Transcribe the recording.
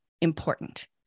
important